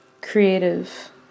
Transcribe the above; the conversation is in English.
creative